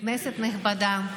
כנסת נכבדה,